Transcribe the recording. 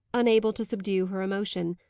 unable to subdue her emotion,